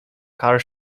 car